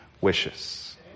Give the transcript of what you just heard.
wishes